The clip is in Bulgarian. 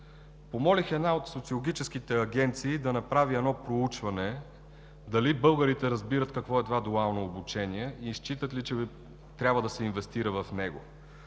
Помолих една от социологическите агенции да направи проучване дали българите разбират какво е „дуално обучение“ и считат ли, че трябва да се инвестира в него.